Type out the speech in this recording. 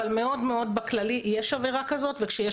אבל מאוד מאוד בכללי יש עבירה כזאת וכשיש